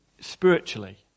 spiritually